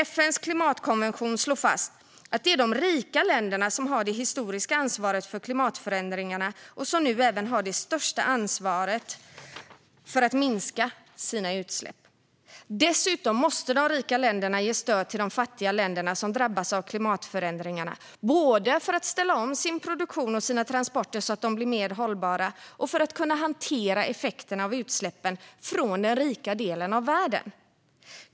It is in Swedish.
FN:s klimatkonvention slår fast att det är de rika länderna som har det historiska ansvaret för klimatförändringarna och som nu även har det största ansvaret för att minska sina utsläpp. Dessutom måste de rika länderna ge stöd till de fattiga länderna, som drabbas av klimatförändringarna - både för att ställa om sin produktion och sina transporter så att de blir mer hållbara och för att kunna hantera effekterna av utsläppen från den rika delen av världen.